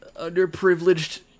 underprivileged